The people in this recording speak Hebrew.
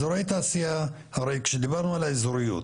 אזורי תעשייה הרי כשדיברנו על האזוריות,